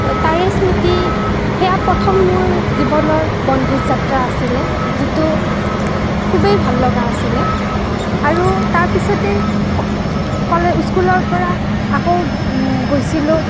তাৰেই স্মৃতি সেয়া প্ৰথম মোৰ জীৱনৰ বনভোজ যাত্ৰা আছিলে যিটো খুবেই ভাল লগা আছিলে আৰু তাৰ পিছতে ক'লে স্কুলৰপৰা আকৌ গৈছিলোঁ